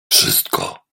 wszystko